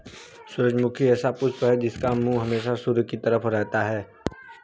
सूरजमुखी ऐसा पुष्प है जिसका मुंह हमेशा सूर्य की तरफ रहता है